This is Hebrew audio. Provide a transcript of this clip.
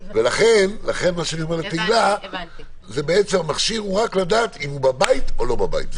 לכן מה שאני אומר לתהלה שהמכשיר הוא רק לדעת אם הוא בבית או לא בבית.